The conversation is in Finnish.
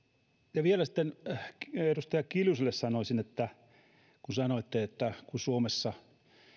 sitten vielä edustaja kiljuselle sanoisin sanoitte että kun suomessa